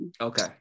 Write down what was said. Okay